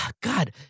God